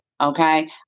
okay